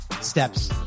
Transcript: steps